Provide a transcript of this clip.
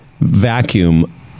Vacuum